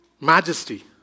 Majesty